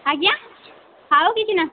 ଆଜ୍ଞା ଆଉ କିଛିନା